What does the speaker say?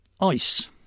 ICE